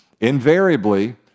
Invariably